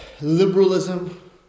liberalism